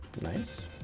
Nice